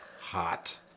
hot